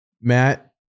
Matt